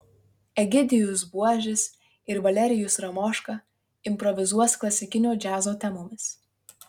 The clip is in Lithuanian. egidijus buožis ir valerijus ramoška improvizuos klasikinio džiazo temomis